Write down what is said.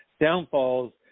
downfalls